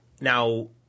Now